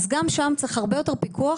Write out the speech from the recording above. גם שם צריך הרבה יותר פיקוח